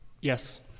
Yes